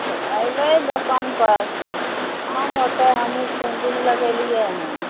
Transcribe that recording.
तऽ आबै दोकान पर कम होतै हमहुँ पूँजी लगेलियै हन